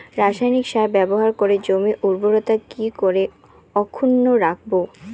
রাসায়নিক সার ব্যবহার করে জমির উর্বরতা কি করে অক্ষুণ্ন রাখবো